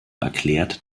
erklärt